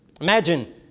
Imagine